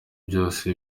byose